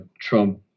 Trump